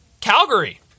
Calgary